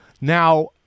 now